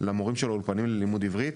למורים של האולפנים ללימודי העברית,